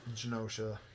Genosha